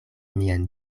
miajn